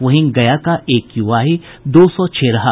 वहीं गया का एक्यूआई दो सौ छह रहा